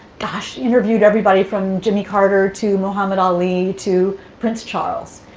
gosh, interviewed everybody from jimmy carter to muhammad ali to prince charles.